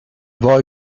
boy